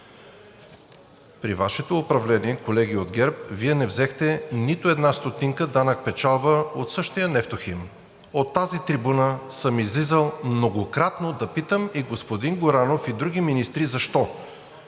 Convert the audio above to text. при Вашето управление, колеги от ГЕРБ, Вие не взехте нито една стотинка данък печалба от същия „Нефтохим“. От тази трибуна съм излизал многократно да питам и господин Горанов, и други министри защо.